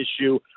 issue